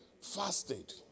Fasted